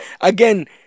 Again